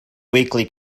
weekly